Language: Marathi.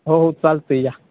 हो हो चालतं आहे या